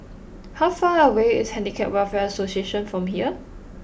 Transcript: how far away is Handicap Welfare Association from here